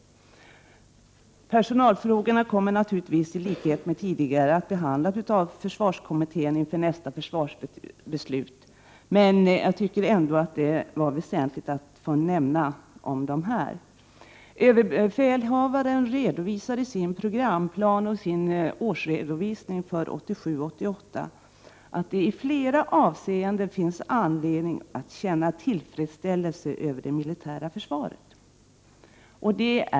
Personalfrågorna kommer naturligtvis såsom tidigare att behandlas av försvarskommittén inför nästa försvarsbeslut, men jag tycker ändå att det är väsentligt att nämna dem i dag. Överbefälhavaren redovisar i sin programplan och i sin årsredovisning för 87/88 att det i flera avseenden finns anledning att känna tillfredsställelse över det militära försvaret.